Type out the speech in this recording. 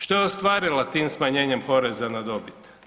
Što je ostvarila tim smanjenjem poreza na dobit?